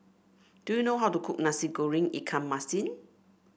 do you know how to cook Nasi Goreng Ikan Masin